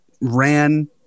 ran